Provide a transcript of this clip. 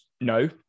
no